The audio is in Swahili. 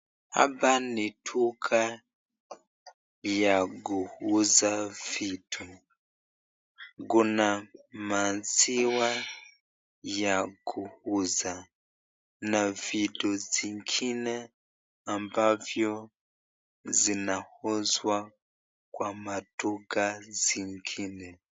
Hapa ni duka ya kuuza vitu. Kuna maziwa ya kuuza na vitu zingine ambavyo zuinauzwa kwa maduka zingine.